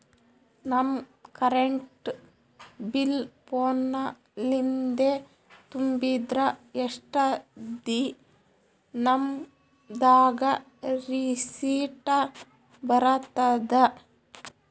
ನಮ್ current bill ಫೋನ ಲಿಂದೇ ತುಂಬಿದ್ರ, ಎಷ್ಟ ದಿ ನಮ್ ದಾಗ ರಿಸಿಟ ಬರತದ?